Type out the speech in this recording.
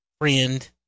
friend